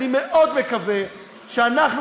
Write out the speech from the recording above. אני מאוד מקווה שאנחנו,